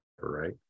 right